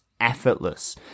effortless